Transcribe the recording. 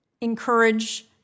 encourage